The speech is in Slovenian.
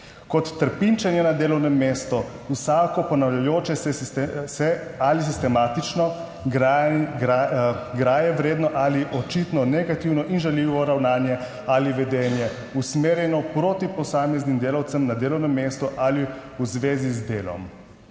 kot trpinčenje na delovnem mestu vsako ponavljajoče se ali sistematično graje vredno ali očitno negativno in žaljivo ravnanje ali vedenje usmerjeno proti posameznim delavcem na delovnem mestu ali v zvezi z delom."